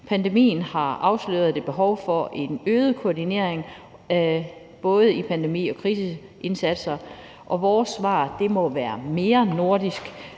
Pandemien har afsløret et behov for en øget koordinering, både i pandemi- og kriseindsatser, og vores svar må være mere nordisk